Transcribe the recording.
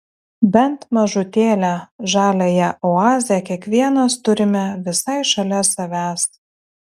bent mažutėlę žaliąją oazę kiekvienas turime visai šalia savęs